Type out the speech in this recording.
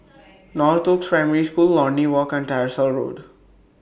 Northoaks Primary School Lornie Walk and Tyersall Road